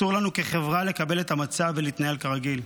כחברה, אסור לנו לקבל את המצב ולהתנהל כרגיל.